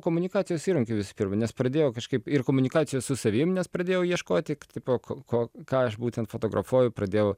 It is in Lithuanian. komunikacijos įrankiu visu pirma nes pradėjo kažkaip ir komunikacija su savim nes pradėjau ieškoti tipo ko ko ką aš būtent fotografuoju pradėjau